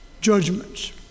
judgments